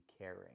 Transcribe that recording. caring